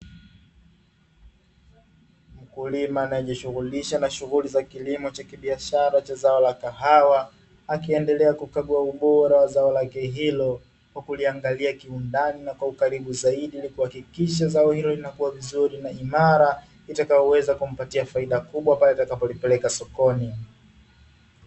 Mkulima anayejishughulisha na shughuli za kilimo cha kibiashara cha zao la kahawa, akiendelea kukagua ubora wa zao lake hilo kwa kuliangalia kiundani na kwa ukaribu zaidi ili kuhakikisha zao hilo linakua vizuri na uimara utakaoweza kumpatia faida kubwa pale atakapo lipeleka sokoni.